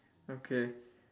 okay